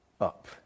up